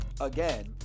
again